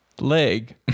Leg